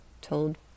told